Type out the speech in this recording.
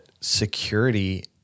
security